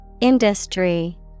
Industry